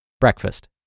Breakfast